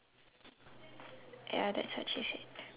ya that's what she said